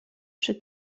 przy